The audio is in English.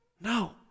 No